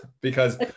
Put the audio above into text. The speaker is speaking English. Because-